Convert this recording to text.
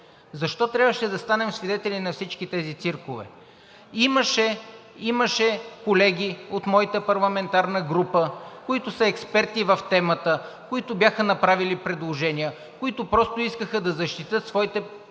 защо трябваше да станем свидетели на всички тези циркове. Имаше колеги от моята парламентарна група, които са експерти в темата, които бяха направили предложения, които просто искаха да защитят своите предложения